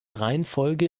reihenfolge